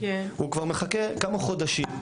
והוא כבר מחכה כמה חודשים,